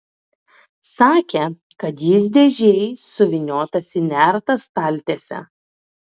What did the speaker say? sakė kad jis dėžėj suvyniotas į nertą staltiesę